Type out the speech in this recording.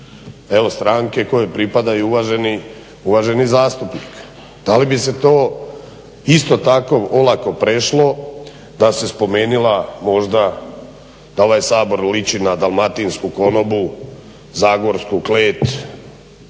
evo stranke kojoj pripada i uvaženi zastupnik. Da li bi se to isto tako olako prešlo da se spomenula možda da ovaj Sabor liči na dalmatinsku konobu, zagorsku klet,